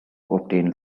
obtain